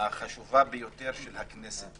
החשובה ביותר של הכנסת.